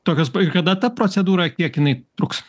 tokios kada ta procedūra kiek jinai truks